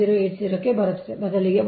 080 ಕ್ಕೆ ಬರುತ್ತಿದೆ ಬದಲಿಗೆ 1